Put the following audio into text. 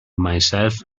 myself